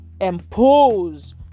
impose